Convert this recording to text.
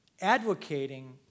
advocating